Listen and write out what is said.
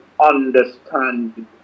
understand